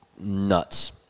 nuts